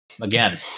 Again